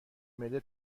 معده